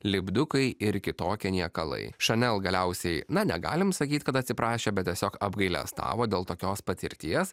lipdukai ir kitokie niekalai šanel galiausiai na negalim sakyt kad atsiprašė bet tiesiog apgailestavo dėl tokios patirties